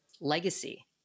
legacy